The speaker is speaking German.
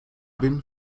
bin